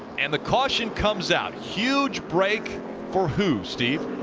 and the caution comes out. huge break for who, steve?